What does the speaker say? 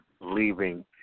leaving